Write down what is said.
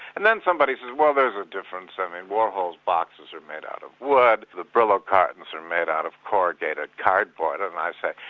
and then somebody said, well there's a difference, i mean, warhol's boxes are made out of wood, the brillo cartons are made out of corrugated cardboard', and i said,